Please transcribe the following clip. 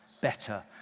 better